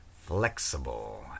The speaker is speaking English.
flexible